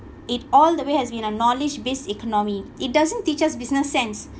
it all the way has been a knowledge-based economy it doesn't teach us business sense